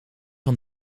van